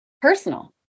personal